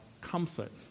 comfort